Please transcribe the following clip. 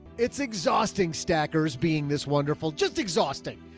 it's exhausting. stackers being this wonderful, just exhausting.